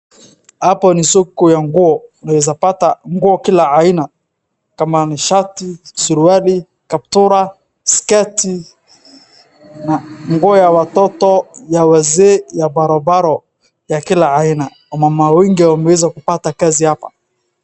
Hapo ni soko ya nguo. Unaeza pata nguo kila aina, kama ni shati, suruari, kaptura, sketi na nguo ya watoto, ya wazee, ya barobaro ya kila aina, wamama wengi wameweza kupata kazi hapa.